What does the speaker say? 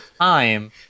time